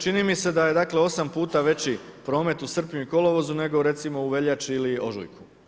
Čini mi se da je dakle, 8 puta veći promet u srpnju i kolovozu nego recimo u veljači ili ožujku.